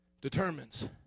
determines